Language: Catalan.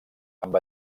amb